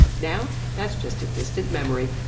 now? that's just a distant memory.